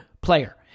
player